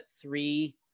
three